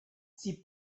sie